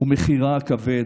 ומחירה הכבד,